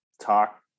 talk